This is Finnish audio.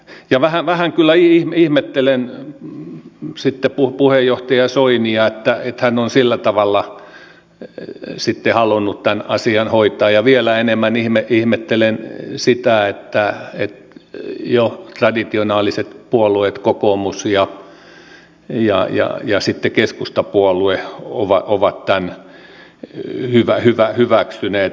ja vähän kyllä ihmettelen puheenjohtaja soinia että hän on sillä tavalla halunnut tämän asian hoitaa ja vielä enemmän ihmettelen sitä että jo traditionaaliset puolueet kokoomus ja keskustapuolue ovat tämän hyväksyneet